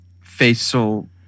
facial